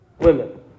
women